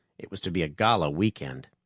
it was to be a gala weekend.